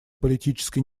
политической